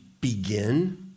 begin